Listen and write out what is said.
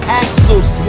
axles